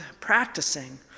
practicing